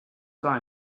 war